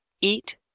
eat